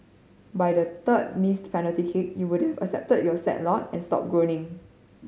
by the third missed penalty kick you would've accepted your sad lot and stopped groaning